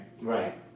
Right